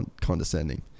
condescending